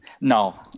No